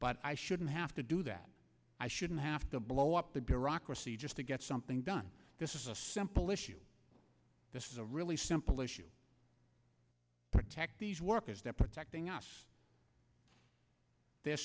but i shouldn't have to do that i shouldn't have to blow up the bureaucracy just to get something done this is a simple issue this is a really simple issue protect these workers they're protecting us they're